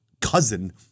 cousin